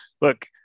look